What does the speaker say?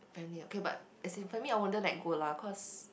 family ah okay but as in family I wouldn't let go lah cause